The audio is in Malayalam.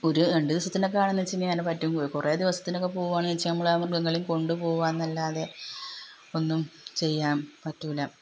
ഒരു രണ്ട് ദിവസത്തിനൊക്കാണെന്നു വച്ചെങ്കില് അതിന് പറ്റും കുറേ ദിവസത്തിനൊക്കെ പോവുകയാണെന്ന് വച്ചാല് നമ്മളാ മൃഗങ്ങളെ കൊണ്ടുപോവുക എന്നല്ലാതെ ഒന്നും ചെയ്യാന് പറ്റില്ല